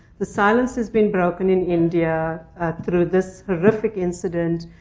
the silence has been broken in india through this horrific incident.